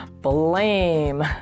Blame